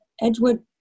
Edgewood –